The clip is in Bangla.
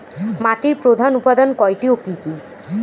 মাটির প্রধান উপাদান কয়টি ও কি কি?